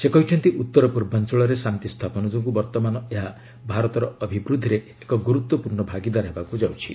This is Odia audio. ସେ କହିଛନ୍ତି ଉତ୍ତର ପୂର୍ବାଞ୍ଚଳରେ ଶାନ୍ତି ସ୍ଥାପନ ଯୋଗୁଁ ବର୍ତ୍ତମାନ ଏହା ଭାରତର ଅଭିବୃଦ୍ଧିରେ ଏକ ଗୁରୁତ୍ୱପୂର୍ଣ୍ଣ ଭାଗିଦାର ହେବାକୁ ଯାଉଛି